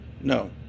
No